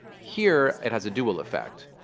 here, it has a dual effect.